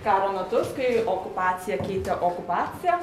karo metus kai okupaciją keitė okupacija